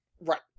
Right